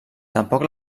tampoc